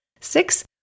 Six